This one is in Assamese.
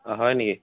হয় নেকি